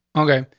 okay,